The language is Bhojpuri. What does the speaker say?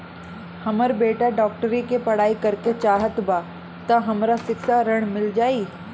हमर बेटा डाक्टरी के पढ़ाई करेके चाहत बा त हमरा शिक्षा ऋण मिल जाई?